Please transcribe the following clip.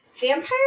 Vampire